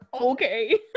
Okay